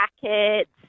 packets